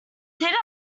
theatre